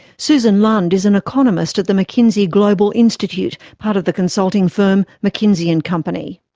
susan lund is an economist at the mckinsey global institute, part of the consulting firm, mckinsey and company.